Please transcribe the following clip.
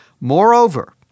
Moreover